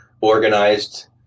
organized